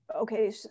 okay